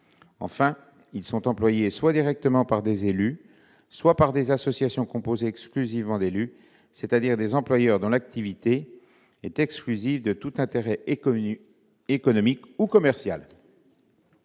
Enfin, ils sont employés soit directement par des élus, soit par des associations composées exclusivement d'élus, c'est-à-dire des employeurs dont l'activité est exclusive de tout intérêt économique ou commercial.